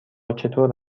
چطور